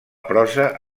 prosa